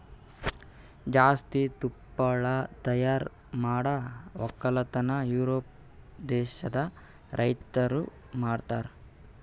ಜಾಸ್ತಿ ತುಪ್ಪಳ ತೈಯಾರ್ ಮಾಡ್ ಒಕ್ಕಲತನ ಯೂರೋಪ್ ದೇಶದ್ ರೈತುರ್ ಮಾಡ್ತಾರ